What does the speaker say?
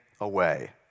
away